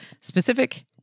specific